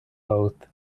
both